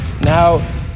now